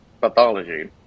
Pathology